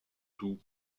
tout